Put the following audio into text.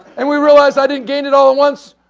and we realized i didn't gain it all at once,